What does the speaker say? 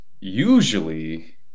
usually